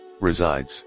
resides